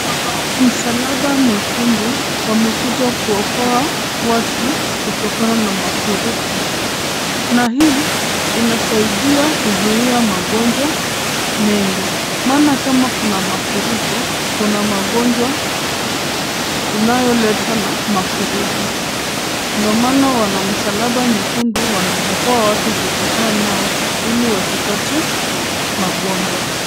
Wanamsalaba mwekundu wamekuja kuokoa watu kutokana na mafuriko na hii inasiaidia kuzuia magonjwa mengi, maana kama kuna mafuriko, kuna magonjwa inayoletwa na mafuriko. Ndio maana wanamsalaba mwekundu wanaokoa watu kutokana nao ili wasipate magonjwa.